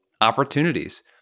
opportunities